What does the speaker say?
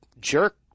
jerk